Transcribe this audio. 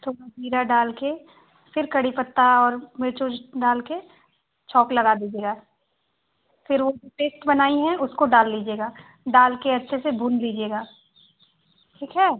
थोड़ा जीरा डाल कर फिर कड़ी पत्ता और मिर्च उर्च डाल कर छौंक लगा दीजिएगा फिर वो जो पेस्ट बनाई हैं उसको डाल लीजिएगा डाल कर अच्छे से भून लीजिएगा ठीक है